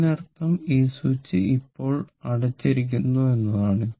ഇതിനർത്ഥം ഈ സ്വിച്ച് ഇപ്പോൾ അടച്ചിരിക്കുന്നു എന്നാണ്